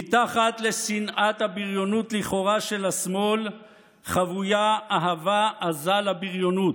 מתחת לשנאת הבריונות לכאורה של השמאל חבויה אהבה עזה לבריונות,